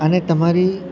અને તમારી